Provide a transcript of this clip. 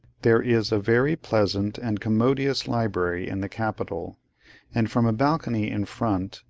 there is a very pleasant and commodious library in the capitol and from a balcony in front,